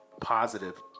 positive